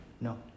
No